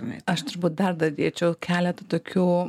aš turbūt dar dėčiau keletą tokių